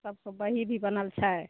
सबके बही भी बनल छै